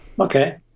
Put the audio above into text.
Okay